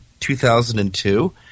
2002